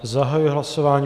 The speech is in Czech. Zahajuji hlasování.